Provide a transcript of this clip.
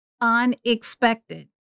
UNEXPECTED